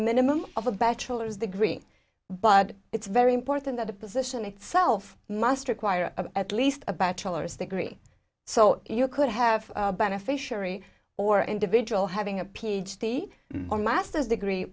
minimum of a bachelor's degree but it's very important that the position itself must require a at least a bachelor's degree so you could have a beneficiary or individual having a p h d on master's degree